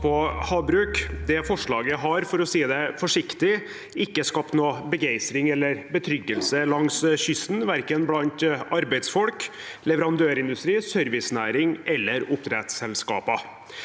Det forslaget har, for å si det forsiktig, ikke skapt noen begeistring eller trygghet langs kysten, verken blant arbeidsfolk, leverandørindustri, servicenæring eller oppdrettsselskaper.